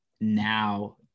now